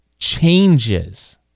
changes